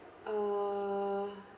err